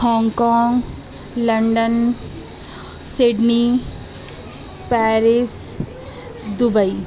Hong Kong London Sydney Paris Dubai